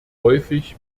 häufig